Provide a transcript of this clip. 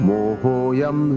Mohoyam